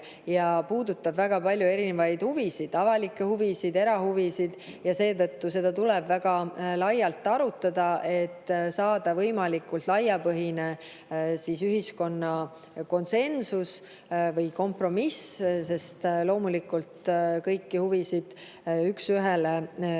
ja puudutab väga paljusid erinevaid huvisid, nii avalikke huvisid kui ka erahuvisid. Seetõttu seda tuleb väga laialt arutada, et saada võimalikult laiapõhjaline ühiskonna konsensus või kompromiss. Loomulikult kõiki huvisid üks ühele toetada